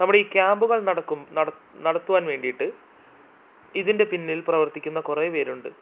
നമ്മുടെ ഈ ക്യാമ്പുകൾ നടക്കും നടത്തുവാൻ വേണ്ടിയിട്ട് ഇതിൻ്റെ പിന്നിൽ പ്രവർത്തിക്കുന്ന കുറേ പേരുണ്ട്